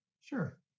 Sure